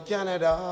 Canada